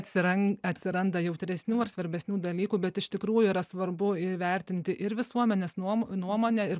atsiran atsiranda jautresnių ar svarbesnių dalykų bet iš tikrųjų yra svarbu įvertinti ir visuomenės nuom nuomonę ir